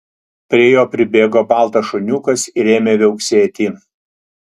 prie jo pribėgo baltas šuniukas ir ėmė viauksėti